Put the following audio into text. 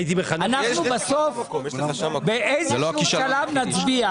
אנחנו בסוף באיזה שהוא שלב נצביע,